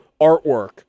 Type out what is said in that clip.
artwork